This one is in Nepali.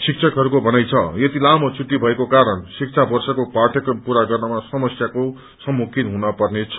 शिक्षकहरूको भनाई छ यति लामो छुट्टी भएको कारण शिक्षा वर्षको पाठ्यक्रम पूरा गर्नमा समस्याको सम्मुखीन हुन पर्नेछ